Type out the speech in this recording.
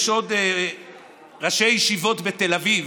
יש עוד ראשי ישיבות, בתל אביב,